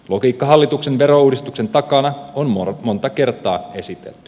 logiikka hallituksen verouudistuksen takana on monta kertaa esitelty